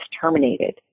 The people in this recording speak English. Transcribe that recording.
terminated